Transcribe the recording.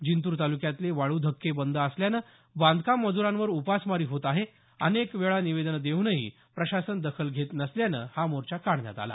जिंतूर तालुक्यातले वाळू धक्के बंद असल्यामुळे बांधकाम मज्रांवर उपासमारी होत आहे अनेक वेळा निवेदनं देऊनही प्रशासन दखल घेत नसल्यामुळे हा मोर्चा काढण्यात आला